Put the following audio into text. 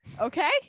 Okay